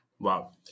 Wow